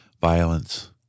violence